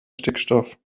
stickstoff